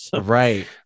Right